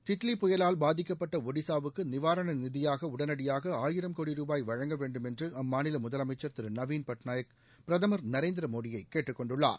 டிட்லி புயலால் பாதிக்கப்பட்ட இடிசாவுக்கு நிவாரண நிதியாக உடனடியாக ஆயிரம் கோடி ருபாய் வழங்க வேண்டும் என்று அம்மாநில முதலமைச்சர் திரு நவீன் பட்நாயக் பிரதமர் நரேந்திர மோடியை கேட்டுக்கொண்டுள்ளார்